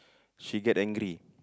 she get angry